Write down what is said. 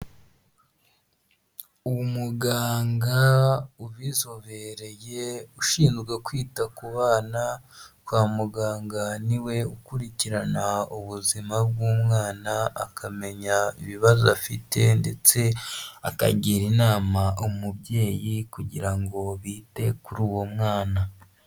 Umuganga ubizobereye ushinzwe kwita ku bana, kwa muganga niwe ukurikirana ubuzima bw'umwana akamenya ibibazo afite ndetse akagira inama umubyeyi kugira ngo bite kuri uwo mwana.